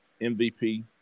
MVP